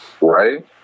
right